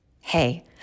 Hey